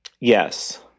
Yes